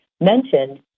mentioned